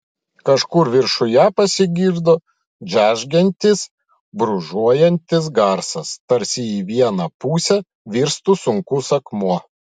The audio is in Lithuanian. kažkur viršuje pasigirdo džeržgiantis brūžuojantis garsas tarsi į vieną pusę virstų sunkus akmuo